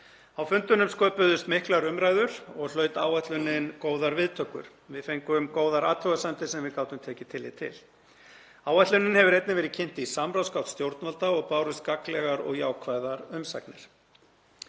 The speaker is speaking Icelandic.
á fundunum miklar umræður og hlaut áætlunin góðar viðtökur. Við fengum góðar athugasemdir sem við gátum tekið tillit til. Áætlunin hefur einnig verið kynnt í samráðsgátt og bárust gagnlegar og jákvæðar umsagnir.